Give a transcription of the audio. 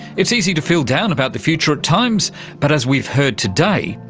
it's easy to feel down about the future at times but, as we've heard today,